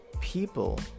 people